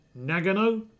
Nagano